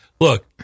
Look